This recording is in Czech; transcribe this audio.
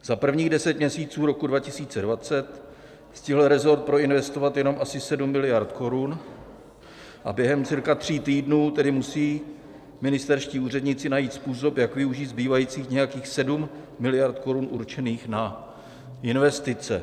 Za prvních deset měsíců roku 2020 stihl rezort proinvestovat jenom asi 7 mld. korun, a během cca tří týdnů tedy musí ministerští úředníci najít způsob, jak využít zbývajících nějakých 7 mld. korun určených na investice.